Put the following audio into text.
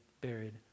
buried